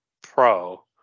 pro